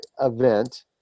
event